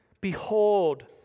behold